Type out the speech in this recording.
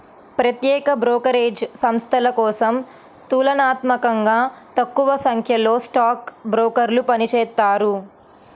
ప్రత్యేక బ్రోకరేజ్ సంస్థల కోసం తులనాత్మకంగా తక్కువసంఖ్యలో స్టాక్ బ్రోకర్లు పనిచేత్తారు